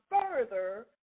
further